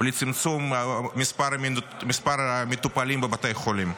ולצמצום מספר המטופלים בבתי החולים.